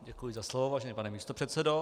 Děkuji za slovo, vážený pane místopředsedo.